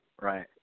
right